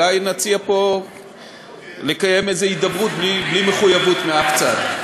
אולי נציע פה לקיים איזו הידברות בלי מחויבות מאף צד.